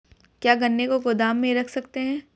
क्या गन्ने को गोदाम में रख सकते हैं?